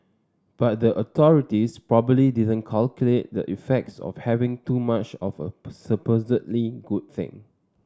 but the authorities probably didn't calculate the effects of having too much of a supposedly good thing